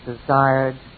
desired